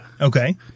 Okay